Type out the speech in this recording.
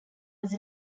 was